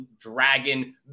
dragon